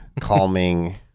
Calming